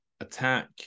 attack